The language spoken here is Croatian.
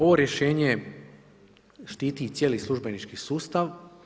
Ovo rješenje štiti cijeli službenički sustav.